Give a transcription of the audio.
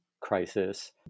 crisis